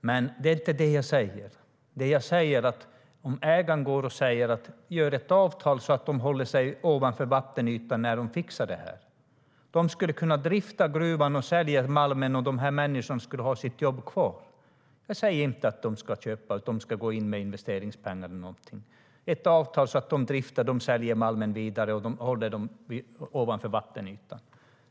Men det är inte det jag säger. Jag säger att ägaren kan säga att LKAB ska träffa ett avtal så att Northland håller sig ovanför vattenytan medan de fixar det här. LKAB skulle kunna drifta gruvan och sälja malmen, och så skulle människorna ha sina jobb kvar. Jag säger inte att LKAB ska gå in med investeringspengar eller någonting, bara träffa ett avtal om att drifta och sälja malmen vidare så att Northland håller sig ovanför vattenytan.